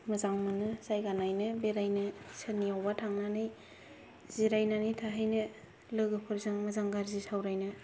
मोजां मोनो जायगा नायनो बेरायनो सोरनियावबो थांनानै जिरायनानै थाहैनो लोगोफोरजों मोजां गाज्रि सावरायनो